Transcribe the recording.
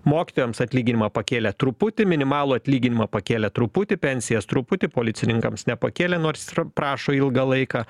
mokytojams atlyginimą pakėlė truputį minimalų atlyginimą pakėlė truputį pensijas truputį policininkams nepakėlė nors ir prašo ilgą laiką